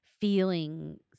feelings